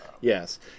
yes